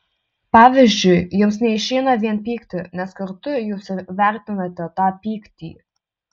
pavyzdžiui jums neišeina vien pykti nes kartu jūs ir vertinate tą pyktį